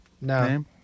No